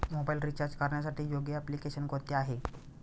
Mobile recharge करण्यासाठी योग्य application कोणते आहे?